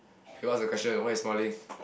okay what's the question why you smiling